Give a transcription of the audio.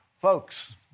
Folks